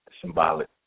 symbolic